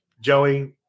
Joey